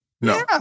No